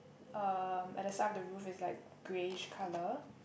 em at the side of the roof is like greyish colour